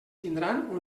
tindran